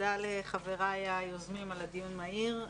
תודה לחבריי היוזמים על הדיון המהיר.